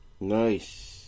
Nice